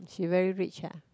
she very rich ah